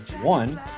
one